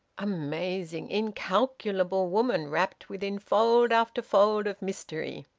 amazing, incalculable woman, wrapped within fold after fold of mystery!